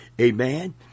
Amen